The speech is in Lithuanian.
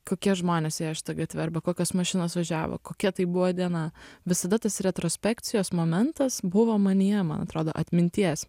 kokie žmonės ėjo šita gatve arba kokios mašinos važiavo kokia tai buvo diena visada tas retrospekcijos momentas buvo manyje man atrodo atminties